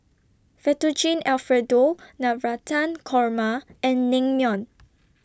Fettuccine Alfredo Navratan Korma and Naengmyeon